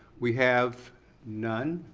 we have none.